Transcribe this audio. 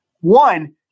One